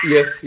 Yes